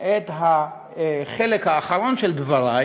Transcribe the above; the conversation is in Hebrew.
את החלק האחרון של דברי